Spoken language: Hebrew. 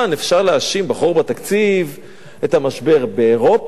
אפשר להאשים בחור בתקציב את המשבר באירופה,